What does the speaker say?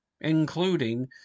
including